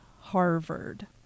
Harvard